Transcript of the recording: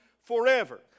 forever